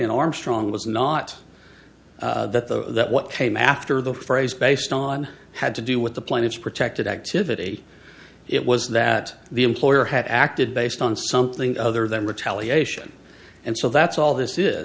in armstrong was not that the that what came after the phrase based on had to do with the plaintiffs protected activity it was that the employer had acted based on something other than retaliation and so that's all this i